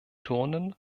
turnen